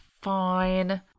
fine